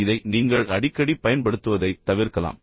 எனவே இதை நீங்கள் அடிக்கடி பயன்படுத்துவதைத் தவிர்க்கலாம்